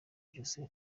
ijosi